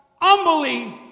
unbelief